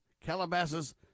Calabasas